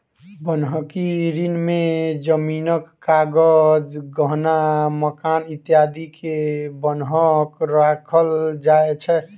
बन्हकी ऋण में जमीनक कागज, गहना, मकान इत्यादि के बन्हक राखल जाय छै